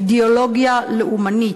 אידיאולוגיה לאומנית,